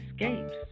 escapes